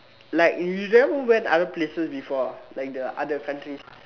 like you never went other places before ah like the other countries